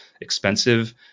expensive